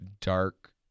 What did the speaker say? dark